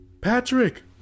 Patrick